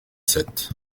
sept